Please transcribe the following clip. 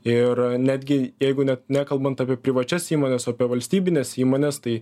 ir netgi jeigu net nekalbant apie privačias įmones o apie valstybines įmones tai